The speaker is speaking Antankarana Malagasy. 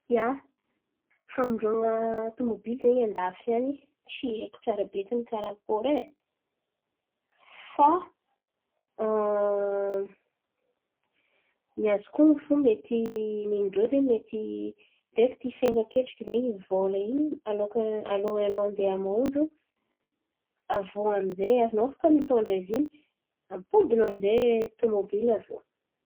Ia, famondroan̈a tômôbily zen̈y andafy an̈y tsy haiko tsarabekiny karakôry e. Fa ny azoko onon̈o fo mety nindrô zen̈y mety direkty ifain̈a akendriky zen̈y i vola in̈y alohakany alohany anao handeha hamondro. Aviô amy zay anao afaka mitondra izy in̈y. Ampodinao amy zay tômôbily aviô.